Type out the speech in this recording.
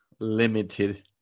Limited